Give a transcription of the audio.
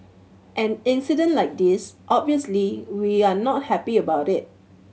an incident like this obviously we are not happy about it